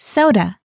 Soda